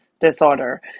disorder